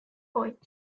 point